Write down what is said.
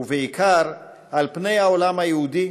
ובעיקר על פני העולם היהודי,